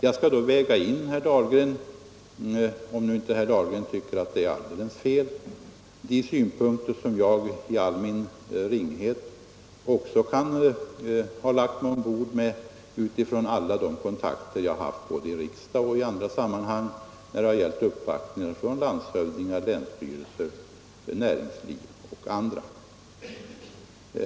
Jag skall då granska det och - om nu inte herr Dahlgren tycker att det är alldeles fel — väga in de synpunkter som jag i min ringhet också kan ha lagt mig till med efter alla de kontakter som jag har haft både med riksdagen och i andra sammanhang såsom vid uppvaktningar av landshövdingar, från länsstyrelser, näringsliv och andra.